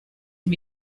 can